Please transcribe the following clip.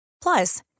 Plus